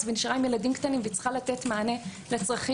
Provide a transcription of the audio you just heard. ונשארה עם ילדים קטנים וצריכה לתת מענה לצרכים,